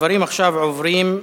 הדברים עכשיו עוברים,